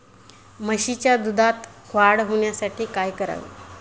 म्हशीच्या दुधात वाढ होण्यासाठी काय करावे?